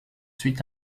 suite